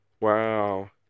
Wow